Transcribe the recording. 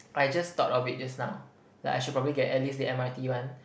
I just thought of it just now like I should probably get at least the M_R_T one